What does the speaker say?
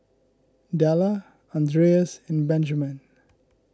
Della andreas and Benjman